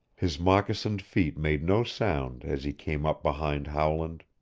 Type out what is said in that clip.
his moccasined feet made no sound as he came up behind howland.